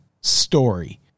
story